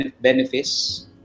benefits